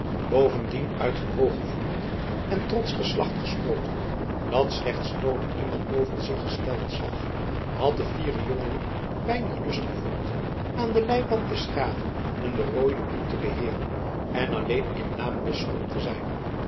bovendien uit een hooggevoelend en trotsch geslacht gesproten dat slechts noode iemand boven zich gesteld zag had de fiere jongeling weinig lust gevoeld aan den leiband des graven een berooiden boel te beheeren en alleen in naam bisschop te zijn